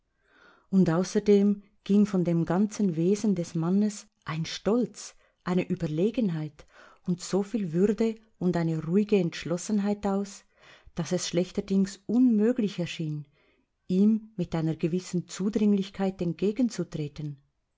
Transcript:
und außerdem ging von dem ganzen wesen des mannes ein stolz eine überlegenheit und soviel würde und ruhige entschlossenheit aus daß es schlechterdings unmöglich erschien ihm mit einer gewissen zudringlichkeit entgegenzutreten